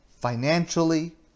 financially